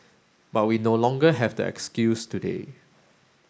but we no longer have that excuse today